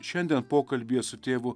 šiandien pokalbyje su tėvu